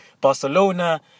Barcelona